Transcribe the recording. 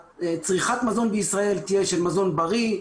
שצריכת המזון בישראל תהיה של מזון בריא,